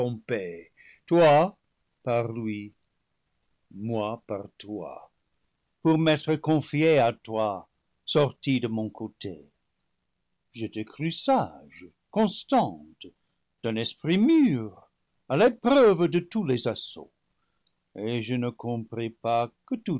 toi par lui moi par toi pour m'être confié à toi sortie de mon côté je te crus sage constante d'un esprit mûr à l'épreuve de tous les assauts et je ne compris pas que